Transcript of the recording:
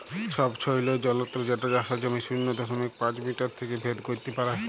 ছবছৈলর যলত্র যেট চাষের জমির শূন্য দশমিক পাঁচ মিটার থ্যাইকে ভেদ ক্যইরতে পারে